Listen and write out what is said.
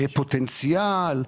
פוטנציאל,